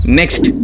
next